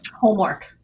Homework